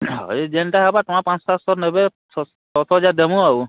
ହଇ ଯେନ୍ଟା ହେବା ଟଙ୍କା ପାଞ୍ଚ୍ ସାତ୍ଶହ ନେବେ ସାତ୍ ହଜାର୍ ଦେମୁ ଆଉ